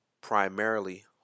primarily